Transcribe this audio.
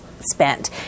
spent